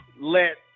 let